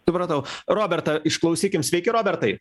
supratau robertą išklausykim sveiki robertai